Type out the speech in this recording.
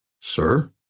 Sir